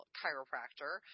chiropractor